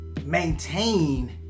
maintain